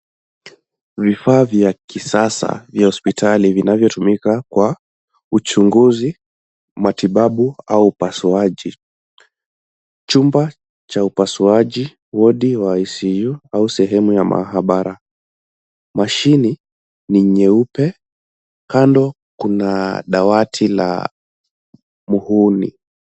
Vifaa vya kisasa vya hospitali vinavyotumika kwa uchunguzi, matibabu au upasuaji. Chumba cha upasuaji, wodi wa ICU au sehemu ya maabara, mashine ni nyeupe, kando kuna dawati la muhuni.